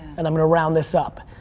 and i'm gonna round this up,